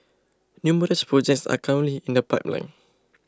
numerous projects are currently in the pipeline